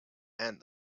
and